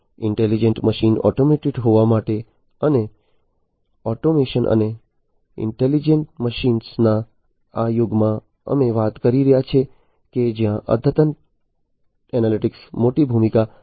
intelligent મશીનો automated હોવા માટે અને ઓટોમેશન અને ઈન્ટેલિજન્ટ મશીનોના આ યુગમાં અમે વાત કરી રહ્યા છીએ કે જ્યાં અદ્યતન એનાલિટિક્સ મોટી ભૂમિકા ભજવી શકે છે